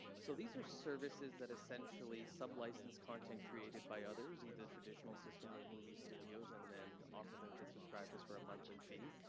so these are services that essentially sub license content created by others, either traditional system or the movie studios, and then offer them to subscribers for a monthly fee.